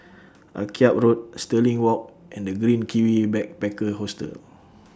Akyab Road Stirling Walk and The Green Kiwi Backpacker Hostel